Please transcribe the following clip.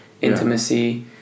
intimacy